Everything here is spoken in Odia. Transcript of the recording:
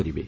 କରିବେ